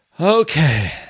Okay